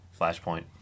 Flashpoint